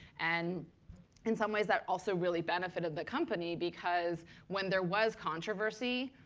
and in some ways, that also really benefited the company because when there was controversy,